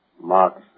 Mark